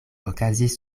okazis